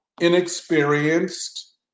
inexperienced